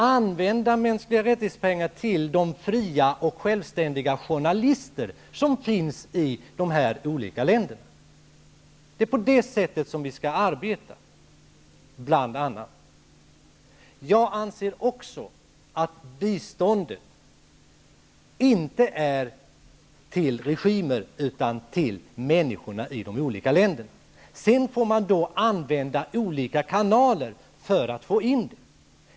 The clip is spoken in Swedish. Vi vill att pengarna skall användas till att stödja de fria och självständiga journalister som finns i de här länderna. Det är på det sättet som vi skall arbeta, bl.a. Jag anser också att biståndet inte är till regimer utan till människorna i de olika länderna. Sedan får man använda olika kanaler för att få in det.